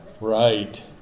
Right